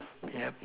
yup